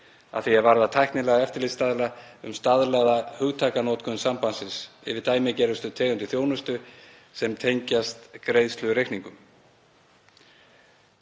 að því er varðar tæknilega eftirlitsstaðla um staðlaða hugtakanotkun Sambandsins yfir dæmigerðustu tegundir þjónustu sem tengjast greiðslureikningum.